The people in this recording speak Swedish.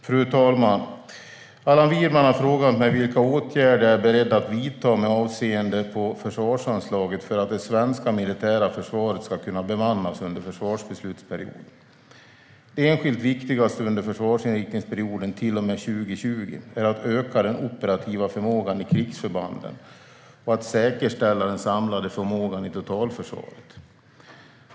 Fru talman! Allan Widman har frågat mig vilka åtgärder jag är beredd att vidta med avseende på försvarsanslaget för att det svenska militära försvaret ska kunna bemannas under försvarsbeslutsperioden. Det enskilt viktigaste under försvarsinriktningsperioden till och med 2020 är att öka den operativa förmågan i krigsförbanden och att säkerställa den samlade förmågan i totalförsvaret.